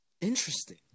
Interesting